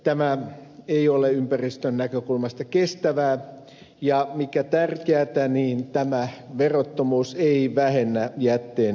tämä ei ole ympäristönäkökulmasta kestävää ja mikä tärkeätä tämä verottomuus ei vähennä jätteen syntyä